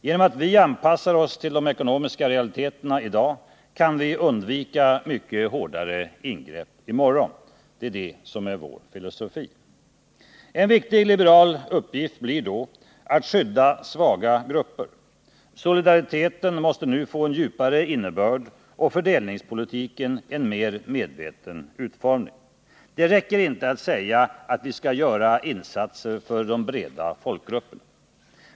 Genom att vi anpassar oss till de ekonomiska realiteterna i dag kan vi undvika mycket hårdare ingrepp i morgon. Det är det som är vår filosofi. En viktig liberal uppgift blir då att skydda svaga grupper. Solidariteten måste nu få en djupare innebörd och fördelningspolitiken en mer medveten utformning. Det räcker inte att säga att vi skall göra insatser för de breda folkgrupperna.